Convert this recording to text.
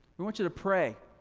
we want you to pray.